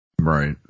Right